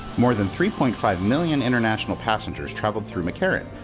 more than three point five million international passengers traveled through mccarran,